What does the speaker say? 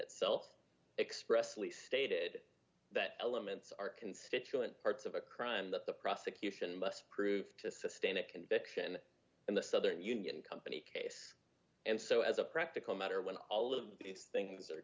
itself expressly stated that elements are constituent parts of a crime the prosecution must prove to sustain a conviction in the southern union company case and so as a practical matter when all of these things are